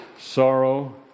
sorrow